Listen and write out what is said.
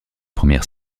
première